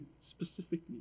specifically